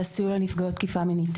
לנפגעות תקיפה מינית.